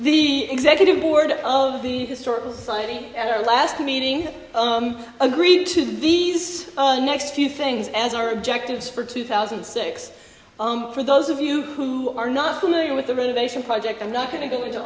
the executive board of the historical society at our last meeting agreed to these next few things as our objectives for two thousand and six for those of you who are not familiar with the renovation project i'm not going to go into